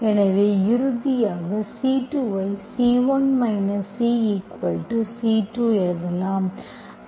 எனவே இறுதியாகC2 ஐ C1 CC2 எழுதலாம்